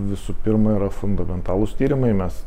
visų pirma yra fundamentalūs tyrimai mes